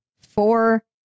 Four